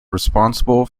responsible